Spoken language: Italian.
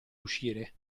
uscire